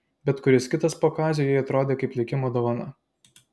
bet kuris kitas po kazio jai atrodė kaip likimo dovana